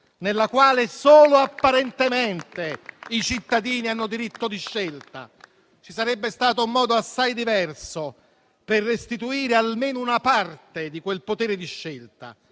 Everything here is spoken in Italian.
nella quale solo apparentemente i cittadini hanno diritto di scelta. Ci sarebbe stato un modo assai diverso per restituire almeno una parte di quel potere di scelta